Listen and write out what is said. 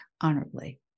honorably